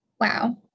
Wow